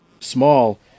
Small